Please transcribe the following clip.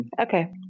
Okay